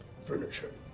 Furniture